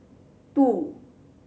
two